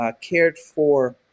cared-for